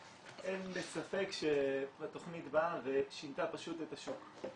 --- אין לי ספק שהתכנית באה ושינתה פשוט את השוק.